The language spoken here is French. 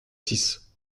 six